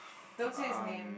don't say his name